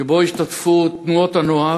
דיון